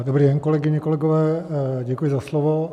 Dobrý den, kolegyně, kolegové, děkuji za slovo.